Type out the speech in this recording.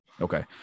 Okay